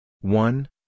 one